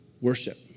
worship